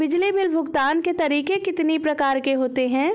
बिजली बिल भुगतान के तरीके कितनी प्रकार के होते हैं?